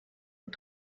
und